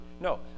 No